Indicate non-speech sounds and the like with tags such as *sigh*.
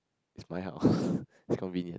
is my house *breath* it's convenient